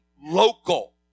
local